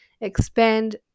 expand